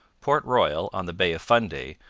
port royal, on the bay of fundy,